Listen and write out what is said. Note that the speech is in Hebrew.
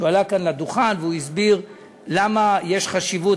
שעלה כאן לדוכן והוא הסביר למה יש חשיבות,